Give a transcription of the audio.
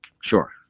Sure